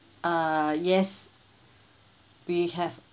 uh yes we have